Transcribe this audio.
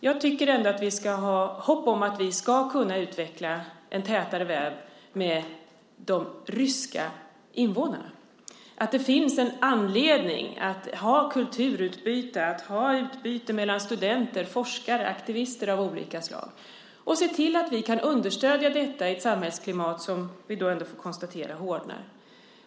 Jag tycker att vi ska ha hopp om att vi ska kunna utveckla en tätare väv med de ryska invånarna, att det finns en anledning att ha kulturutbyte, att ha utbyte mellan studenter, forskare och aktivister av olika slag och att se till att vi kan understödja detta i ett samhällsklimat, som vi alla får konstatera hårdnar.